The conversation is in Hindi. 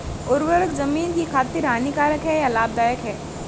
उर्वरक ज़मीन की खातिर हानिकारक है या लाभदायक है?